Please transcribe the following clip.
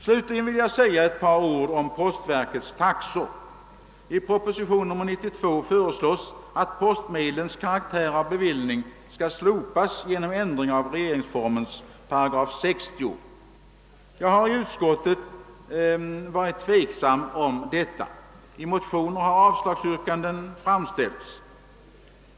Slutligen vill jag säga ett par ord om postverkets taxor. I proposition nr 92 föreslås att postmedlens karaktär av bevillning skall slopas genom ändring av §60 regeringsformen, Jag har i utskottet varit tveksam om detta. I motioner har avslagsyrkanden framställts.